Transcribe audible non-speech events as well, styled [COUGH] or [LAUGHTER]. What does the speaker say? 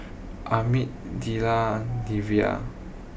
Amit [UNINTELLIGIBLE] and Devi